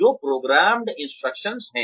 जो programmed instruction है